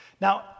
Now